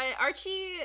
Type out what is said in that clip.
Archie